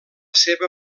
seva